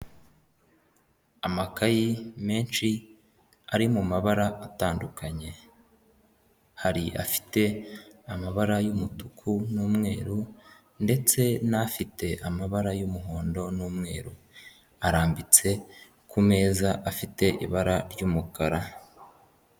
Amakayi menshi ari mabara atandukanye. Hari afite amabara y'umutuku n'umweru ndetse n'afite amabara y'umuhondo n'umweru arambitse kumeza afite ibara ry'umukara.